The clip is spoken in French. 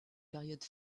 période